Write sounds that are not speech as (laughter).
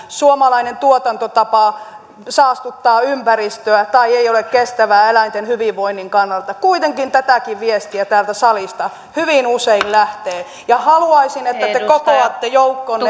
suomalainen tuotantotapa saastuttaa ympäristöä tai ei ole kestävää eläinten hyvinvoinnin kannalta kuitenkin tätäkin viestiä täältä salista hyvin usein lähtee haluaisin että te kokoatte joukkonne (unintelligible)